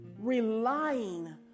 relying